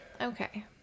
Okay